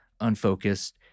unfocused